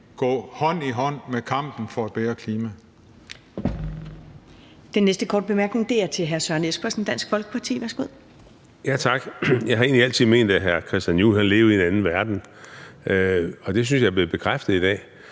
gå hånd i hånd med kampen for et bedre klima.